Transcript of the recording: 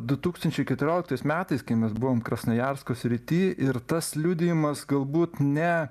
du tūkstančiai keturioliktais metais kai mes buvom krasnojarsko srity ir tas liudijimas galbūt ne